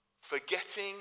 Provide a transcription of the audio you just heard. forgetting